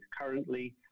currently